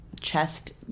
chest